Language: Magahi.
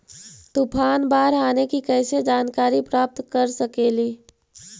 तूफान, बाढ़ आने की कैसे जानकारी प्राप्त कर सकेली?